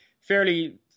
fairly